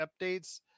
updates